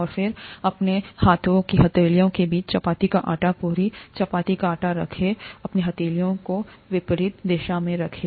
और अपने हाथों की हथेलियों के बीच में चपाती का आटा पुरी चपाती का आटा रखें अपनी हथेलियों को विपरीत दिशा में रखें